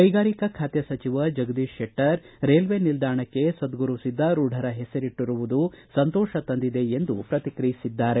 ಕೈಗಾರಿಕಾ ಬಾತೆ ಸಚಿವ ಜಗದೀಶ್ ಶೆಟ್ಟರ್ ರೇಲ್ವೆ ನಿಲ್ದಾಣಕ್ಕೆ ಸದ್ಗುರು ಸಿದ್ದಾರೂಢರ ಹೆಸರಿಟ್ಟರುವುದು ಸಂತೋಷ ತಂದಿದೆ ಎಂದು ಪ್ರತಿಕ್ರಿಯಿಸಿದ್ದಾರೆ